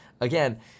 again